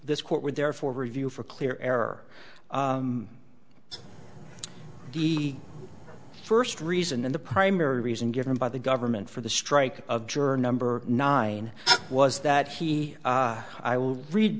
this court would therefore review for clear error the first reason the primary reason given by the government for the strike of juror number nine was that he i will read